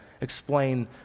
explain